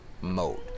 mode